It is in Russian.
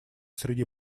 среди